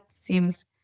seems